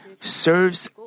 serves